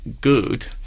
good